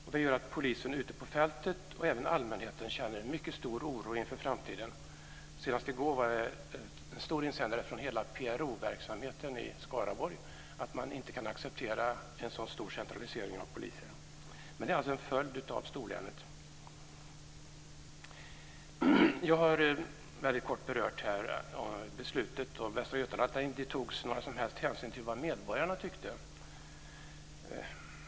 Detta gör att polisen ute på fältet och även allmänheten känner en mycket stor oro inför framtiden. Senast i går var det en stor insändare från hela PRO-verksamheten i Skaraborg om att man inte kan acceptera en så stor centralisering av polisen. Det här är alltså en följd av storlänet. Jag har helt kort här berört beslutet om Västra Götaland där inga som helst hänsyn togs till vad medborgarna tyckte.